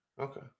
Okay